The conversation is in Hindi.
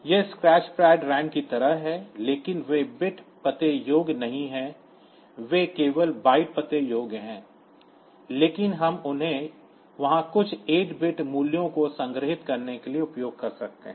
यह स्क्रैच पैड की तरह है लेकिन वे बिट पते योग्य नहीं हैं वे केवल बाइट पते योग्य हैं लेकिन हम उन्हें वहां कुछ 8 बिट मूल्यों को संग्रहीत करने के लिए उपयोग कर सकते हैं